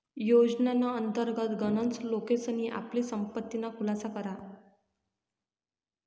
योजनाना अंतर्गत गनच लोकेसनी आपली संपत्तीना खुलासा करा